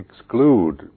exclude